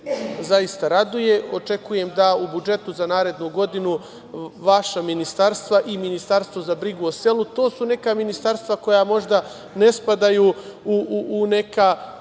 zaista raduje. Očekujem da u budžetu za narednu godinu vaša ministarstva i Ministarstvo za brigu o selu, to su neka ministarstva koja možda ne spadaju u neka